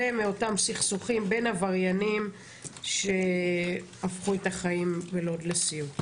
ומאותם סכסוכים בין עבריינים שהפכו את החיים בלוד לסיוט.